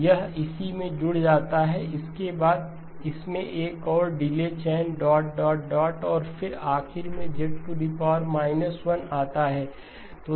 तो यह इसी में जुड़ जाता है इसके बाद इसमें एक और delay chain dot dot dot और फिर आखिरी में Z 1 आता है